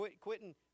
quitting